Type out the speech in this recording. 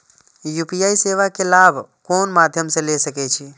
UPI सेवा के लाभ कोन मध्यम से ले सके छी?